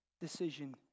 decision